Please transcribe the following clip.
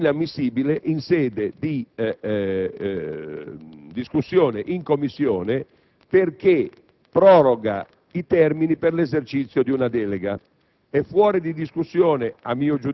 io ho dichiarato inammissibile in sede di discussione in Commissione perché proroga i termini per l'esercizio di una delega.